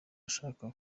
ashaka